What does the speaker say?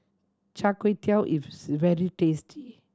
Char Kway Teow is very tasty